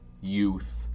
youth